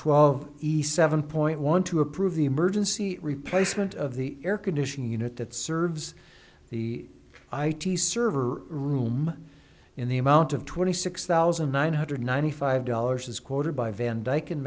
twelve east seven point one two approve the emergency replacement of the air conditioning unit that serves the i t server room in the amount of twenty six thousand nine hundred ninety five dollars as quoted by van dyke